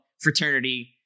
fraternity